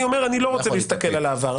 אני אומר שאני לא רוצה להסתכל על העבר.